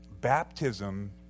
baptism